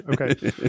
Okay